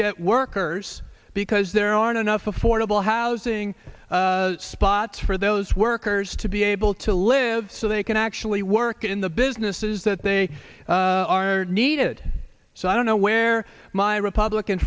get workers because there aren't enough affordable housing spots for those workers to be able to live so they can actually work in the businesses that they are needed so i don't know where my republican